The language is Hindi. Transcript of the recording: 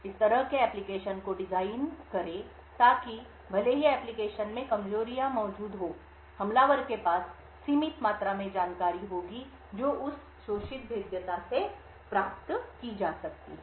इस तरह के एक application को डिजाइन करें ताकि भले ही application में कमजोरियां मौजूद हों हमलावर के पास सीमित मात्रा में जानकारी होगी जो उस शोषित भेद्यता से प्राप्त की जा सकती है